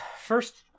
First